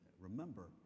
remember